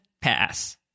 pass